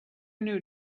new